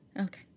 Okay